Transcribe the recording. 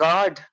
God